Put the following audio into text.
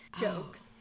jokes